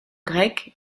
grec